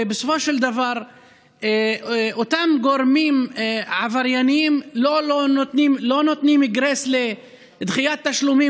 ובסופו של דבר אותם גורמים עברייניים לא נותנים גרייס לדחיית תשלומים,